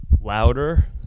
louder